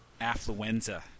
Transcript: Affluenza